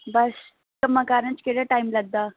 ਬਸ ਕੰਮਾਂ ਕਾਰਾਂ 'ਚ ਕਿਹੜਾ ਟਾਈਮ ਲੱਗਦਾ